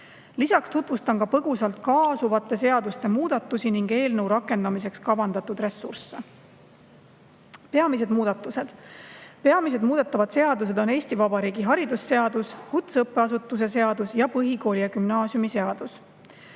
Lisaks tutvustan põgusalt kaasuvate seaduste muudatusi ning eelnõu rakendamiseks kavandatud ressursse. Peamised muudatused. Peamised muudetavad seadused on Eesti Vabariigi haridusseadus, kutseõppeasutuse seadus ja põhikooli- ja gümnaasiumiseadus.